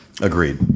agreed